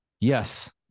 Yes